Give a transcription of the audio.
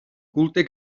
culte